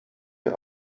mir